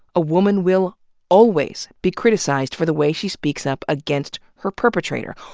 a woman will always be criticized for the way she speaks up against her perpetrator.